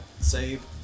save